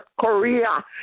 Korea